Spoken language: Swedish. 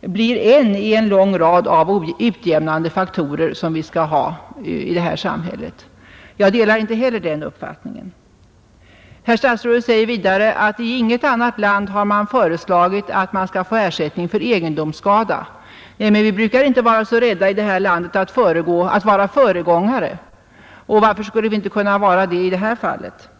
blir en i en lång rad av utjämnande faktorer som vi skall ha i detta samhälle. Inte heller den uppfattningen delar jag. Herr statsrådet säger också att i inget annat land har man föreslagit att ersättning skall ges för egendomsskada. Vi brukar inte vara så rädda i detta land att vara föregångare, och varför skulle vi inte kunna vara föregångare i det här fallet?